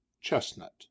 Chestnut